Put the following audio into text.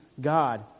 God